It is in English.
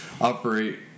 operate